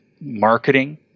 marketing